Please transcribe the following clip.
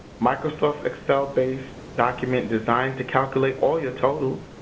microsoft excel-based document designed to calculate all your totals.